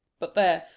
but there,